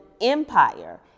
empire